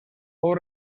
fou